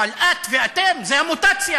אבל את ואתם זה המוטציה.